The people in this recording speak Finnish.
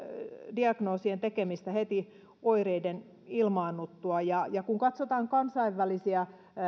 diagnoosien tekemistä heti oireiden ilmaannuttua kun katsotaan kansainvälisiä